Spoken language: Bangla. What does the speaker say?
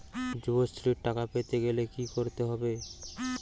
যুবশ্রীর টাকা পেতে গেলে কি করতে হবে?